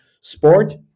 sport